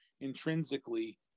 intrinsically